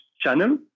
channel